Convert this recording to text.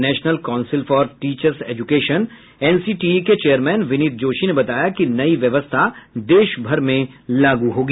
national council for teachers education NCTE के chairman Vineet Joshi ने बताया कि नई व्यवस्था देशभर में लागू होगी